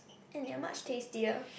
and they're much tastier